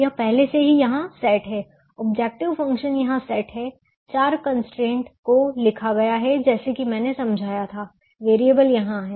यह पहले से ही यहां सेट है ऑब्जेक्टिव फंक्शन यहां सेट है चार कंस्ट्रेंट को लिखा गया है जैसा कि मैंने समझाया था वेरिएबल यहां हैं